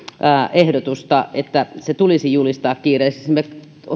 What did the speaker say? ehdotusta että se tulisi julistaa kiireelliseksi me